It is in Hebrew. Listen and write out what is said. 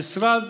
המשרד